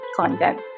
content